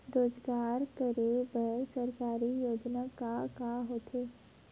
रोजगार करे बर सरकारी योजना का का होथे?